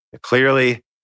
Clearly